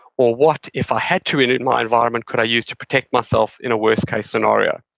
or what if i had to in my environment could i use to protect myself in a worst case scenario?